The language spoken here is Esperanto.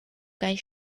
kaj